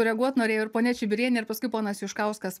reaguot norėjo ir ponia čibirienė ir paskui ponas juškauskas